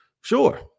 sure